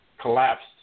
collapsed